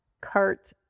cart